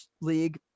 league